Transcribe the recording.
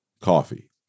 coffee